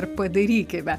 ir padarykime